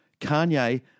Kanye